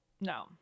no